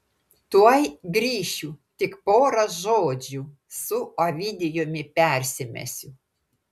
tuoj grįšiu tik pora žodžių su ovidijumi persimesiu